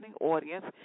audience